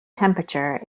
temperature